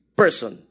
person